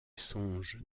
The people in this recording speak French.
songe